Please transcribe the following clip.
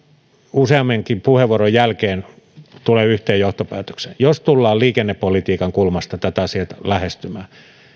useammankin puheenvuoron jälkeen tulen yhteen johtopäätökseen jos tullaan liikennepolitiikan kulmasta tätä asiaa lähestymään